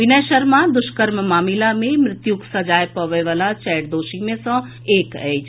विनय शर्मा दुष्कर्म मामिला मे मृत्युक सजाय पबए वला चारि दोषी मे सँ एक अछि